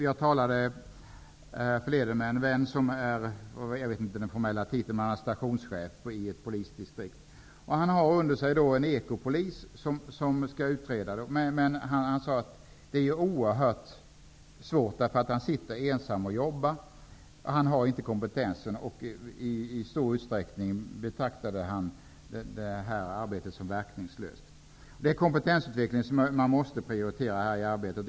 Jag talade härförleden med en vän som är stationschef på ett polisdistrikt, jag kan inte den formella titeln. Han har under sig en ekopolis som skall göra utredningar. Men det är oerhört svårt, eftersom ekopolisen jobbar ensam och inte har kompetensen. I stor utsträckning betraktade han detta som verkningslöst. Det är kompetensutveckling som måste prioriteras i arbetet.